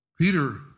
Peter